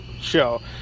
show